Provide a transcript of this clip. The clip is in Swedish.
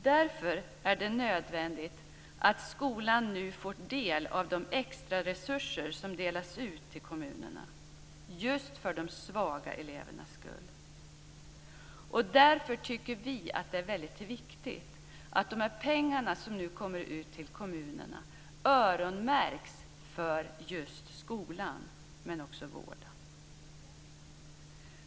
Det är således nödvändigt att skolan nu får del av de extra resurser som delas ut till kommunerna, just för de svaga elevernas skull. Vi tycker alltså att det är väldigt viktigt att de pengar som nu kommer ut till kommunerna öronmärks för just skolan, liksom för vården.